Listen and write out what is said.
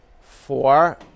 four